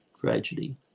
Tragedy